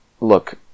look